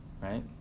Right